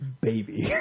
baby